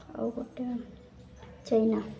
ଆଉ ଗୋଟେ ଚାଇନା